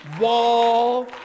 wall